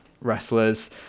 wrestlers